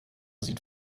sieht